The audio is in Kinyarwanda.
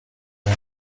izo